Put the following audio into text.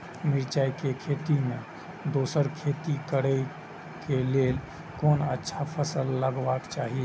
मिरचाई के खेती मे दोसर खेती करे क लेल कोन अच्छा फसल लगवाक चाहिँ?